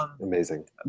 Amazing